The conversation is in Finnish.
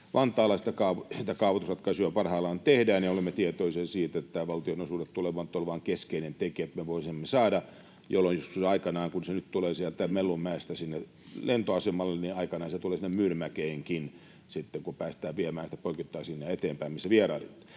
Vantaalla. Sitä kaavoitusratkaisua parhaillaan tehdään, ja olemme tietoisia siitä, että nämä valtionosuudet tulevat olemaan keskeinen tekijä, niin että me voisimme sen saada joskus aikanaan, kun se nyt tulee Mellunmäestä lentoasemalle, Myyrmäkeenkin sitten, kun päästään viemään sitä poikittain sinne eteenpäin, missä vierailitte.